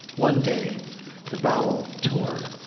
one day the bowel tore,